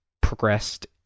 progressed